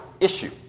issue